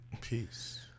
Peace